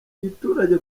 giturage